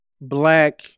black